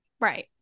Right